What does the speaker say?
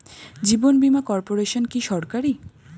জীবন বীমা কর্পোরেশন কি সরকারি?